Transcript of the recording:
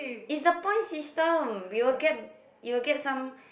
is the point system we will get you'll get some